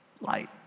light